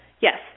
Yes